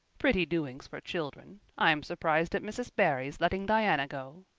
pretty doings for children. i'm surprised at mrs. barry's letting diana go.